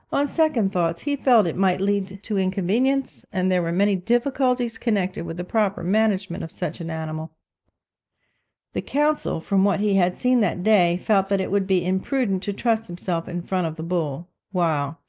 on second thoughts, he felt it might lead to inconvenience, and there were many difficulties connected with the proper management of such an animal the consul, from what he had seen that day, felt that it would be imprudent to trust himself in front of the bull while,